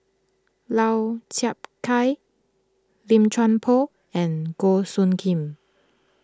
Lau Chiap Khai Lim Chuan Poh and Goh Soo Khim